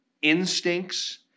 instincts